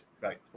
right